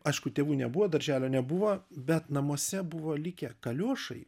aišku tėvų nebuvo darželio nebuvo bet namuose buvo likę kaliošai